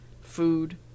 food